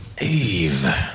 Eve